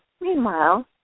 Meanwhile